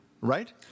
Right